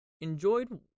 enjoyed